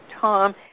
tom